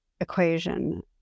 equation